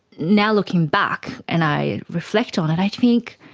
now looking back and i reflect on it i think,